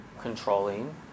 controlling